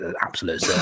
absolute